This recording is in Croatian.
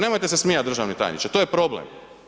Nemojte se smijat državni tajniče, to je problem.